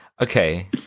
okay